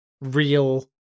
real